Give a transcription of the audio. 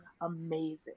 amazing